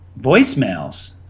voicemails